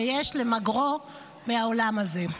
שיש למגרו מהעולם הזה.